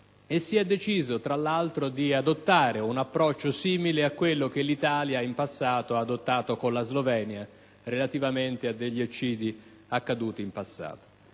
Si è deciso, tra l'altro, di adottare un approccio simile a quello che l'Italia, in passato, ha adottato con la Slovenia, relativamente ad altri eccidi avvenuti in passato.